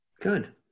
Good